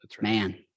Man